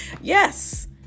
Yes